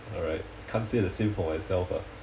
alright can't say the same for myself ah